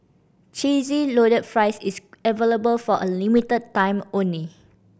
Cheesy Loaded Fries is available for a limited time only